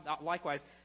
likewise